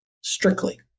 Strictly